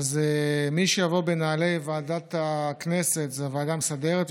מי שיבוא בנעלי ועדת הכנסת זה הוועדה המסדרת,